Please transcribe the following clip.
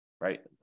right